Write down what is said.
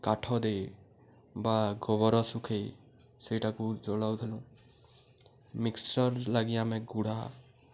କାଠ ଦେଇ ବା ଗୋବର ଶୁଖେଇ ସେଇଟାକୁ ଜଳାଉଥିଲୁ ମିକ୍ସଚର୍ ଲାଗି ଆମେ ଗୁଡ଼ା